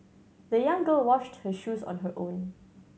the young girl washed her shoes on her own